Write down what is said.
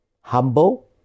humble